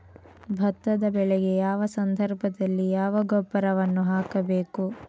ಭತ್ತದ ಬೆಳೆಗೆ ಯಾವ ಸಂದರ್ಭದಲ್ಲಿ ಯಾವ ಗೊಬ್ಬರವನ್ನು ಹಾಕಬೇಕು?